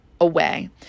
away